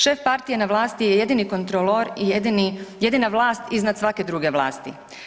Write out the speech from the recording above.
Šef partije na vlasti je jedini kontrolor i jedini, jedina vlast iznad svake druge vlasti.